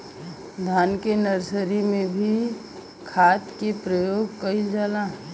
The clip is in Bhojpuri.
धान के नर्सरी में भी खाद के प्रयोग कइल जाला?